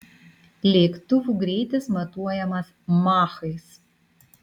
lėktuvų greitis matuojamas machais